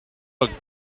work